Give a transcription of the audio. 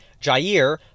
Jair